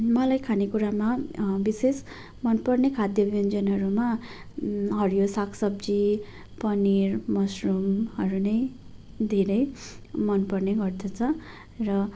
मलाई खानेकुरामा विशेष मन पर्ने खाद्य व्यञ्जनहरूमा हरियो सागसब्जी पनिर मस्रुमहरू नै धेरै मन पर्ने गर्दछ र